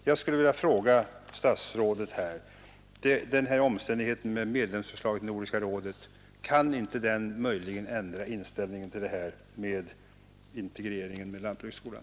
Jag skulle vilja fråga statsrådet: Kan inte den här omständigheten med medlemsförslaget i Nordiska rådet möjligen ändra inställningen till förslaget om integrering med lantbrukshögskolan?